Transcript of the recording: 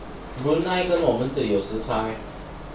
brunei 跟我们这里有时差 meh